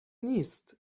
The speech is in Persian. نیست